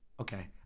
Okay